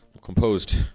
Composed